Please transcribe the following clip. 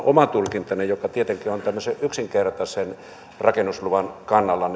oman tulkintani mukainen olen tietenkin tämmöisen yksinkertaisen rakennusluvan kannalla